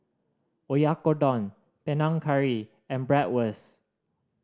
Oyakodon Panang Curry and Bratwurst